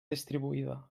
distribuïda